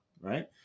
right